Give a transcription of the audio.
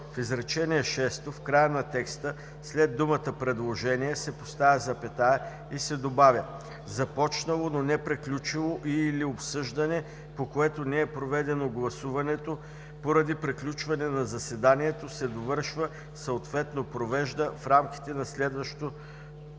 в изречение шесто, в края на текста, след думата „предложения“ се поставя запетая и се добавя „започнало, но неприключило и/или обсъждане, по което не е проведено гласуването, поради приключване на заседанието, се довършва, съответно – провежда, в рамките на следващото